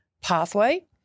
pathway